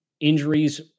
injuries